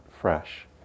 fresh